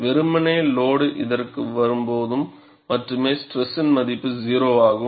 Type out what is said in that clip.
வெறுமனே லோடு இதற்கு வரும்போது மட்டுமே ஸ்ட்ரெஸ் மதிப்பு 0 ஆகும்